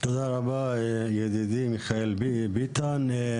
תודה רבה, ידידי מיכאל ביטון.